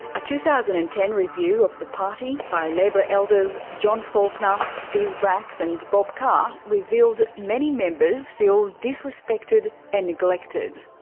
a two thousand and ten review of the party by labor elders john faulkner, steve bracks and bob carr revealed many members feel disrespected and neglected.